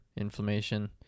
inflammation